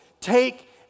take